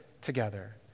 together